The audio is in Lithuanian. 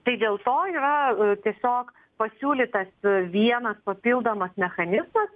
tai dėl to yra tiesiog pasiūlytas vienas papildomas mechanizmas